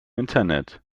internet